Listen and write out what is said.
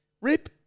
rip